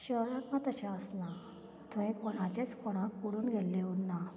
शहरात मात तशें आसना थंय कोणाचेंच कोणाक पडून गेल्लें ना